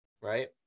right